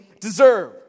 deserve